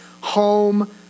home